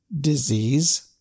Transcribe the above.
disease